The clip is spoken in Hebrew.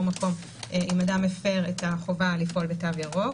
מקום אם אדם מפר את החובה לפעול בתו ירוק.